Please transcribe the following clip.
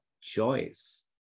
choice